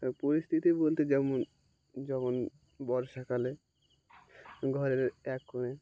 পরিস্থিতি বলতে যেমন যখন বর্ষাকালে ঘরের এক কোণে